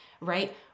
right